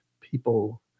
people